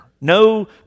No